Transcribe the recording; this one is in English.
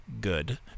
good